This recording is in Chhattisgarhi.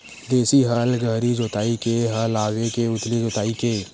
देशी हल गहरी जोताई के हल आवे के उथली जोताई के?